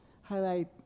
highlight